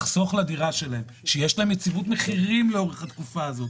לחסוך לדירה שלהם שיש להם יציבות מחירים לאורך התקופה הזאת,